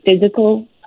physical